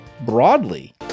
broadly